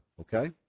Okay